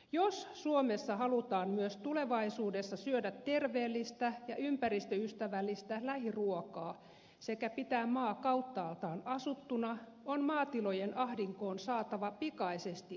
jos suomessa halutaan myös tulevaisuudessa syödä terveellistä ja ympäristöystävällistä lähiruokaa sekä pitää maa kauttaaltaan asuttuna on maatilojen ahdinkoon saatava pikaisesti apua